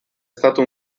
stato